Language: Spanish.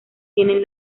tienen